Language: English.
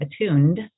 attuned